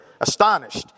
astonished